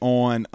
on